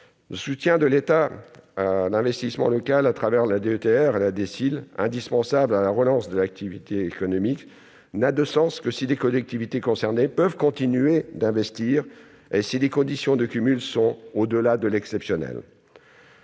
Le soutien de l'État à l'investissement local la DETR et la DSIL, qui est indispensable à la relance de l'activité économique, n'a de sens que si les collectivités concernées peuvent continuer d'investir et si les conditions de cumul vont au-delà de cas exceptionnels.